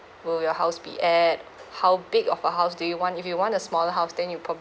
will your house be at how big of a house do you want if you want a smaller house then you